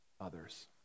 others